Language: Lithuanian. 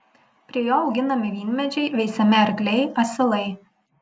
prie jo auginami vynmedžiai veisiami arkliai asilai